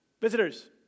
Visitors